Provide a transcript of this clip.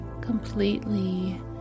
completely